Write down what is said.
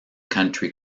country